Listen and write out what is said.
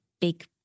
big